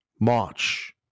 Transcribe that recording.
March